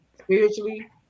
spiritually